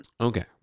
Okay